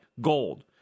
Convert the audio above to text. gold